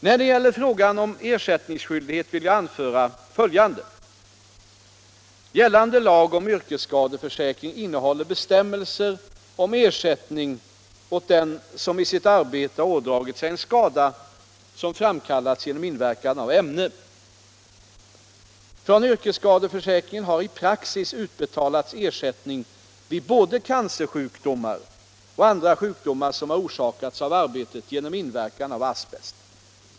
När det gäller frågan om ersättningsskyldighet vill jag anföra följande: Gällande lag om yrkesskadeförsäkring innehåller bestämmelser om ersättning åt den som i sitt arbete har ådragit sig en skada som framkallats genom inverkan av ämne. Från yrkesskadeförsäkringen har i praxis utbetalats ersättning vid både cancersjukdomar och andra sjukdomar som har orsakats av arbetet genom inverkan av asbest.